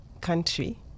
country